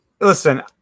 listen